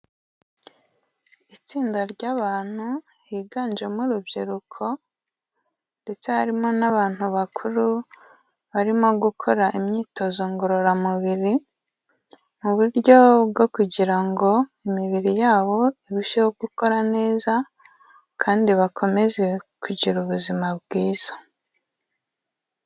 Itsinda ry'abantu higanjemo urubyiruko ndetse harimo n'abantu bakuru barimo gukora imyitozo ngororamubiri mu buryo bwo kugira ngo imibiri yabo irusheho gukora neza kandi bakomeze kugira ubuzima bwiza.